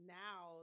now